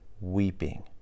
weeping